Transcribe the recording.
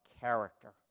character